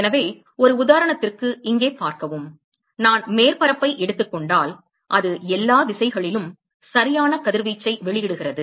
எனவே ஒரு உதாரணத்திற்கு இங்கே பார்க்கவும் நான் மேற்பரப்பை எடுத்துக் கொண்டால் அது எல்லா திசைகளிலும் சரியான கதிர்வீச்சை வெளியிடுகிறது